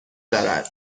دارد